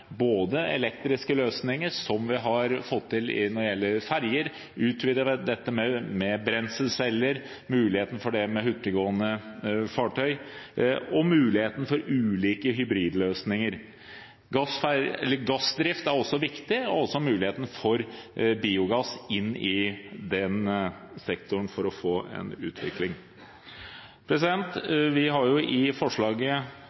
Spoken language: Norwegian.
både elektriske løsninger, som vi har fått til når det gjelder ferjer, utvide dette med brenselceller, og muligheten for det med hurtiggående fartøy, og muligheten for ulike hybridløsninger. Gassdrift og muligheten for biogass i den sektoren er også viktig for å få en utvikling.